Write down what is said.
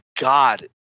god